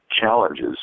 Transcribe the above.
challenges